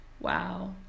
wow